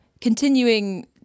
continuing